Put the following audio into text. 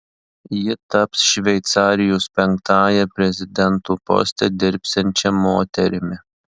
ji taps šveicarijos penktąja prezidento poste dirbsiančia moterimi